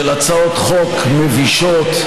של הצעות חוק מבישות,